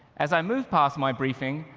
as i move past my briefing,